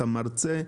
אתה מרצה?